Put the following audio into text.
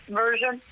version